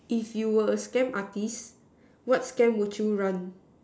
if you were a scam artist what scam would you run